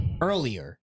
earlier